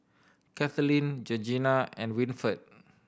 Kathaleen Georgeanna and Winford